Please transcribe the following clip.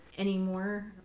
Anymore